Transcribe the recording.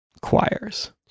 choirs